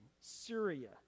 Syria